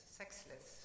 sexless